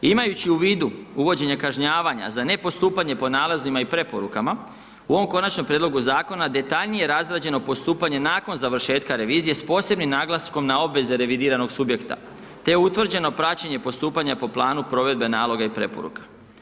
Imajući u vidu, uvođenje kažnjavanja za nepostupanje po nalazima i preporukama u ovom konačnom prijedlogu zakona, detaljnije je razrađeno postupanje nakon završetka revizije s posebnim naglaskom na obveze revidiranog subjekta, te je utvrđeno praćenje postupanje po planu provedbe naloga i preporuka.